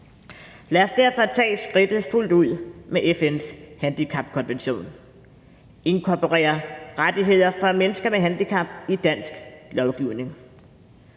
Lad os derfor tage skridtet fuldt ud med FN's handicapkonvention og inkorporere rettigheder for mennesker med handicap i dansk lovgivning.